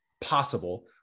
possible